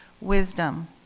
Wisdom